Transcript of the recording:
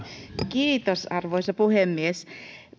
kiitos arvoisa puhemies